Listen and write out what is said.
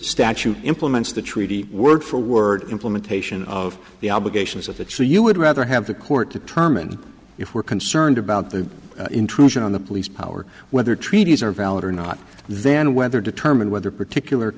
statute implements the treaty word for word implementation of the obligations of that so you would rather have the court determined if we're concerned about the intrusion on the police power whether treaties or valid or not then whether determine whether a particular